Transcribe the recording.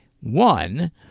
One